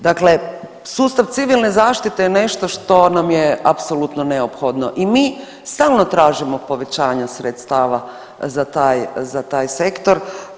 Dakle, sustav civilne zaštite je nešto što nam je apsolutno neophodno i mi stalno tražimo povećanje sredstava za taj, za taj sektor.